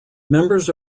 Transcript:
members